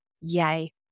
Yay